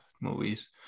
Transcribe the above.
movies